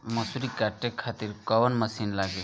मसूरी काटे खातिर कोवन मसिन लागी?